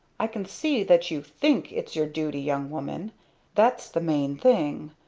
i can see that you think its your duty, young, woman that's the main thing.